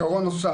עיקרון נוסף,